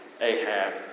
Ahab